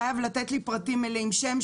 חייב לתת לי פרטים מלאים: שם,